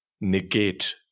negate